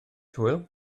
hwyl